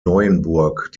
neuenburg